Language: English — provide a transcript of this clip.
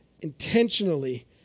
Intentionally